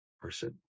person